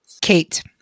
Kate